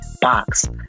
box